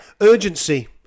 urgency